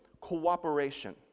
cooperation